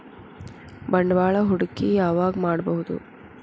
ಬಂಡವಾಳ ಹೂಡಕಿ ಯಾವಾಗ್ ಮಾಡ್ಬಹುದು?